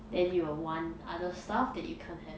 then you will want other stuff that you can't have